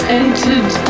entered